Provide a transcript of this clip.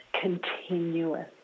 continuous